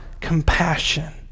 compassion